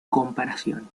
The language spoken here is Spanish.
comparación